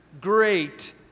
great